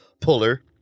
Puller